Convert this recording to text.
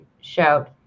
shout